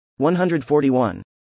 141